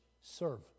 Serve